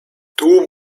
tłum